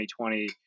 2020